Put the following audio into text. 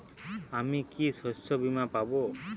আমি কি শষ্যবীমা পাব?